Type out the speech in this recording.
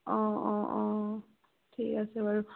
অঁ অঁ অঁ ঠিক আছে বাৰু